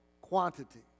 quantity